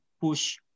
push